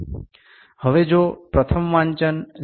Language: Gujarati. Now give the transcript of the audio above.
હવે જો પ્રથમ વાંચન 0